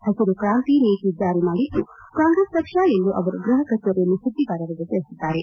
ಹಸಿರು ಕ್ರಾಂತಿ ನೀತಿ ಜಾರಿ ಮಾಡಿದ್ದು ಕಾಂಗ್ರೆಸ್ ಪಕ್ಷ ಎಂದು ಅವರು ಗೃಹಕಚೇರಿಯಲ್ಲಿ ಸುದ್ದಿಗಾರರಿಗೆ ತಿಳಿಸಿದ್ದಾರೆ